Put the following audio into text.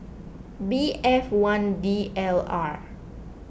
B F one D L R